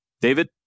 David